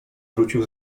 wrócił